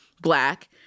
black